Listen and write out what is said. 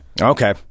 Okay